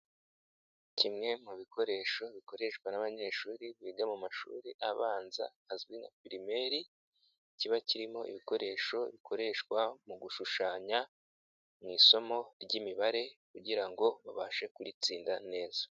Kimwe mu bikoresho bikoreshwa n'abanyeshuri biga mu mashuri abanza azwi nka pirimeri kiba kirimo ibikoresho bikoreshwa mu gushushanya mu isomo ry'imibare kugira ngo babashe kuritsinda neza.